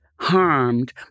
harmed